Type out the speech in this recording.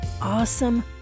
awesome